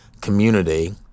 community